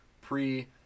pre